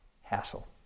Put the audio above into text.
hassle